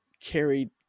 carried